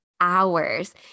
hours